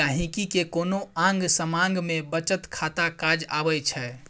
गांहिकी केँ कोनो आँग समाँग मे बचत खाता काज अबै छै